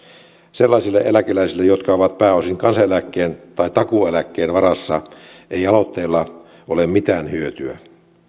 sellaisille eläkeläisille jotka ovat pääosin kansaneläkkeen tai takuueläkkeen varassa ei aloitteesta ole mitään hyötyä